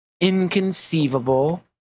inconceivable